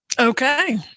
Okay